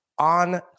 On